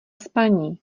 spaní